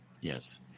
Yes